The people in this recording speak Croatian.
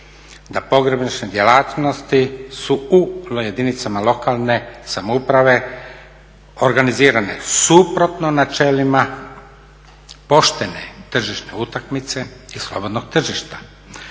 da pogrebne djelatnosti su … jedinicama lokalne samouprave organizirane suprotno načelima poštene tržišne utakmice i slobodnog tržišta.